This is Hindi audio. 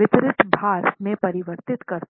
वितरित भार में परिवर्तित करते है